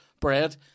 bread